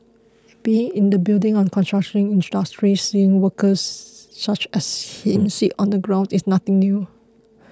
being in the building and construction industry seeing workers such as him sit on the ground is nothing new